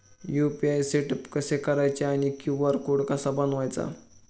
UPI setup कसे करायचे आणि क्यू.आर कोड कसा बनवायचा?